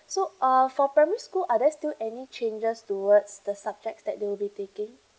so uh for primary school are they still any changes towards the subject that they will be taking